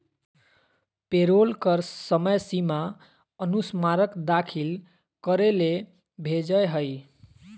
payroll कर समय सीमा अनुस्मारक दाखिल करे ले भेजय हइ